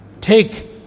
Take